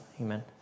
Amen